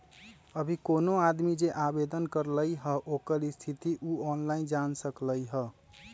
अभी कोनो आदमी जे आवेदन करलई ह ओकर स्थिति उ ऑनलाइन जान सकलई ह